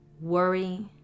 worry